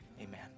Amen